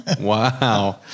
Wow